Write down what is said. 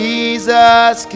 Jesus